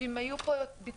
שאם היו פה ביטוחים,